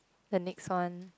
the next one